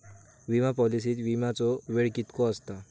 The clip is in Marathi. विमा पॉलिसीत विमाचो वेळ कीतको आसता?